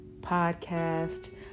podcast